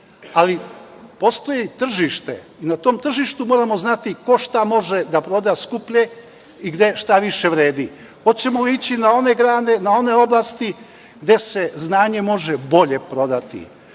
ali postoji tržište i na tom tržištu moramo znati ko šta može da proda skuplje i gde šta više vredi, hoćemo li ići na one grane, na one oblasti gde se znanje može bolje prodati.